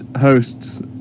hosts